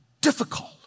difficult